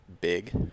big